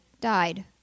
died